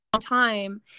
time